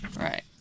Right